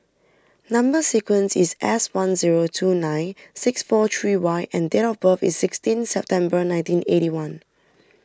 Number Sequence is S one zero two nine six four three Y and date of birth is sixteen September nineteen eighty one